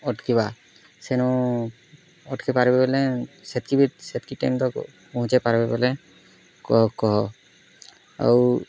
ଅଟ୍କିବା ସେନୁ ଅଟ୍କିପାର୍ବା ବେଲେ ସେତିକି ବି ସେତିକି ଟାଇମ୍ ତକ୍ ପହଞ୍ଚେଇ ପାର୍ବେ ବେଲେ କହ କହ ଆଉ